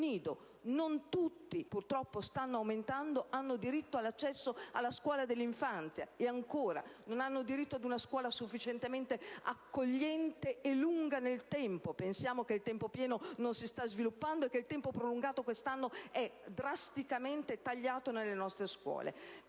non tutti (purtroppo stanno aumentando) hanno diritto a frequentare la scuola dell'infanzia e, ancora, non hanno diritto ad una scuola sufficientemente accogliente e prolungata nel tempo. Basti pensare che il tempo pieno non si sta sviluppando e che il tempo prolungato quest'anno è drasticamente tagliato nelle nostre scuole.